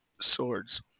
swords